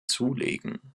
zulegen